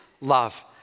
love